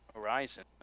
horizon